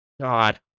God